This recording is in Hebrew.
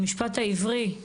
המשפט העברי,